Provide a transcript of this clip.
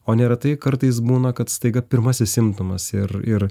o neretai kartais būna kad staiga pirmasis simptomas ir ir